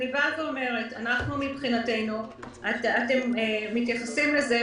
אתם מתייחסים לזה,